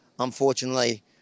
Unfortunately